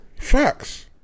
Facts